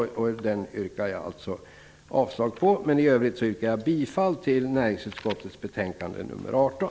Den yrkar jag avslag på. I övrigt yrkar jag bifall till hemställan i näringsutskottets betänkande nr 18.